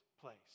place